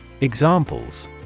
Examples